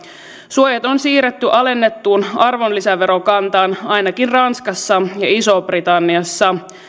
suojat on siirretty alennettuun arvonlisäverokantaan ainakin ranskassa ja isossa britanniassa